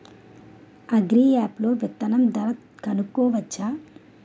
Agri app లో విత్తనం ధర కనుకోవచ్చా?